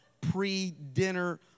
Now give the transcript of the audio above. pre-dinner